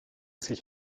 sich